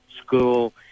School